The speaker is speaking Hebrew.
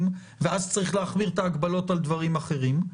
ואז צריך להחמיר את ההגבלות על דברים אחרים.